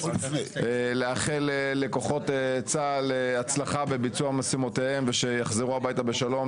לאחל לכוחות צה"ל הצלחה בביצוע משימותיהם ושיחזרו הביתה בשלום,